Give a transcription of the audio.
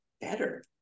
better